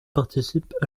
participent